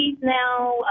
now